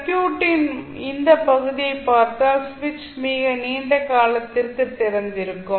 சர்க்யூட்டின் இந்த பகுதியை பார்த்தால் சுவிட்ச் மிக நீண்ட காலத்திற்கு திறந்திருக்கும்